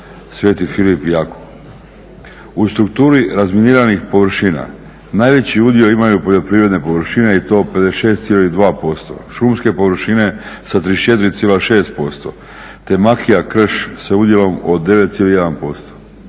Sveti Filip i Jakov. U strukturi razminiranih površina najveći udio imaju poljoprivredne površine i to 56,2%, šumske površine sa 34,6%, te makija, krš sa udjelom od 9,1%.